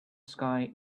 sky